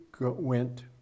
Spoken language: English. went